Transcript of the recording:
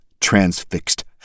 transfixed